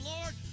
Lord